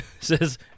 Says